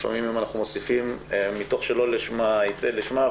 לפעמים אנחנו מוסיפים מתוך שלא לשמה ייצא לשמה,